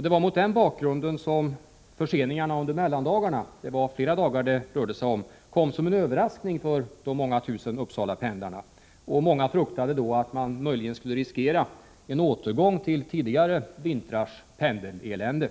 Det var mot den bakgrunden som förseningarna under mellandagarna — det rörde sig om flera dagar — kom som en överraskning för de många tusen Uppsalapendlarna. Många fruktade då att man möjligen skulle riskera en återgång till tidigare vintrars pendelelände.